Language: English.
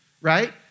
right